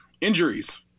Injuries